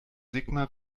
sigmar